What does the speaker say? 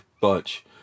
bunch